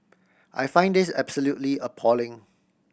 I find this absolutely appalling